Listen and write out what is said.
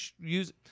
use